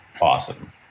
awesome